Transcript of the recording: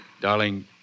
Darling